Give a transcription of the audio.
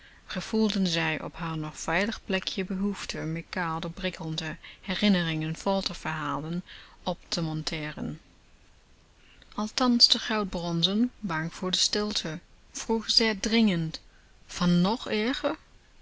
gevoelden zij op haar nog veilig plekje behoefte mekaar door prikkelende herinneringen en folter verhalen op te monteren althans de goud bronzen bang voor de stilte vroeg zeer dringend van nog erger